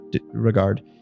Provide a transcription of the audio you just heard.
regard